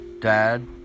Dad